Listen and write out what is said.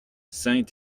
saint